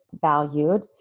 valued